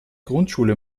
grundschule